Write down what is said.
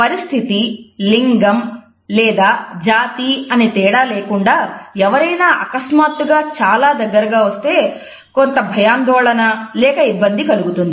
పరిస్థితి లింగం లేదా జాతి అని తేడా లేకుండా ఎవరైనా అకస్మాత్తుగా చాలా దగ్గరగా వస్తే కొంత భయాందోళన లేక ఇబ్బంది కలుగుతుంది